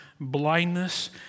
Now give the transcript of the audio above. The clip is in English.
blindness